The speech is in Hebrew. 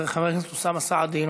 חבר הכנסת אוסאמה סעדי,